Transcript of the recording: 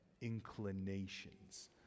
inclinations